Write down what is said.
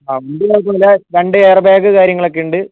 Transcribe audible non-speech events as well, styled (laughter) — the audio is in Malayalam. (unintelligible) രണ്ട് എയർ ബാഗ് കാര്യങ്ങളൊക്കെ ഉണ്ട്